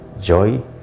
joy